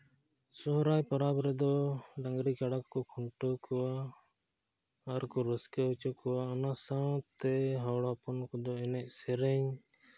ᱥᱚᱦᱚᱨᱟᱭ ᱯᱚᱨᱚᱵᱽ ᱨᱮᱫᱚ ᱰᱟᱝᱨᱤ ᱠᱟᱰᱟ ᱠᱚ ᱠᱷᱩᱱᱴᱟᱹᱣ ᱠᱚᱣᱟ ᱟᱨᱠᱚ ᱨᱟᱹᱥᱠᱟᱹ ᱦᱚᱪᱚ ᱠᱚᱣᱟ ᱚᱱᱟ ᱥᱟᱶᱛᱮ ᱦᱚᱲ ᱦᱚᱯᱚᱱ ᱠᱚᱫᱚ ᱮᱱᱮᱡ ᱥᱮᱨᱮᱧ